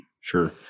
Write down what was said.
Sure